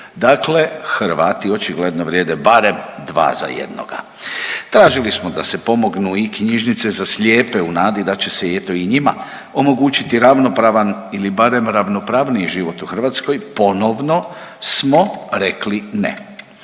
Dakle, Hrvati očigledno vrijede barem dva za jednoga. Tražili smo da se pomognu i knjižnice za slijepe u nadi da će se eto i njima omogućiti ravnopravan ili barem ravnopravniji život u Hrvatskoj ponovno smo rekli ne.